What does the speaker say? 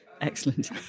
Excellent